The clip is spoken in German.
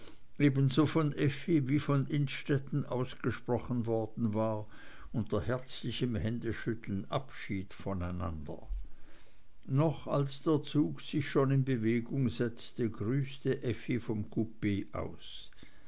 ebenso von effi wie von innstetten ausgesprochen worden war unter herzlichem händeschütteln abschied voneinander noch als der zug sich schon in bewegung setzte grüßte effi vom coup aus